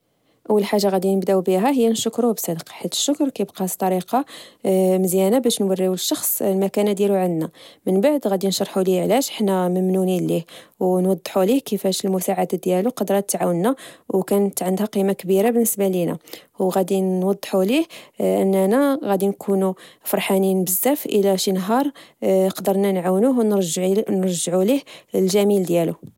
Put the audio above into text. أول حاجة غادي نبداو بيها هي نشكروه بصدق، حيت الشكر كيبقاس طريقة آه مزيانة باش نوريو الشخص المكانة ديالو عندنا، من بعد غادي نشرحو ليه علاش حنا ممنونين ليه، و نوضحو ليه كيفاش المساعدة ديالو، قدرات تعاونا، و كانت عندها قيمة كبيرة بالنسبة لينا وغادي نوضحو ليه آ إننا غادي نكونوا فرحانين بزاف إلى شي نهار آ قدرنا نعاونوه ونرجعوا ليه الجميل ديالو